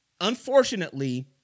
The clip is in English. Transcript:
unfortunately